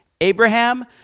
Abraham